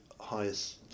highest